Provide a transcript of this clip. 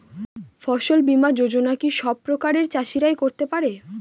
ফসল বীমা যোজনা কি সব প্রকারের চাষীরাই করতে পরে?